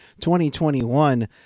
2021